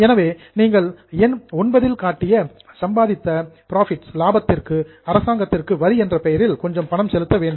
எனவே நீங்கள் எண் IX இல் காட்டிய சம்பாதித்த புரோஃபிட்ஸ் லாபத்திற்கு அரசாங்கத்திற்கு வரி என்ற பெயரில் கொஞ்சம் பணம் செலுத்த வேண்டும்